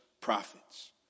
prophets